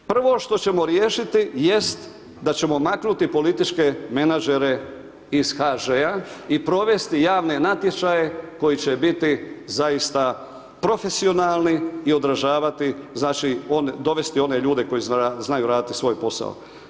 Prvo što ćemo riješiti jest da ćemo maknuti političke menadžere iz HŽ-a i provesti javne natječaje koji će biti zaista profesionalni i održavati, znači, dovesti one ljude koji znaju raditi svoj posao.